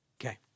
Okay